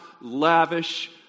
lavish